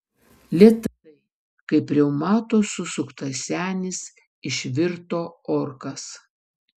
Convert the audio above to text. lėtai kaip reumato susuktas senis išvirto orkas